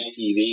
TV